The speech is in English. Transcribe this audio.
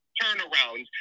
turnaround